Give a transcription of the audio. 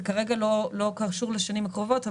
זה כרגע לא קשור לשנים הקרובות,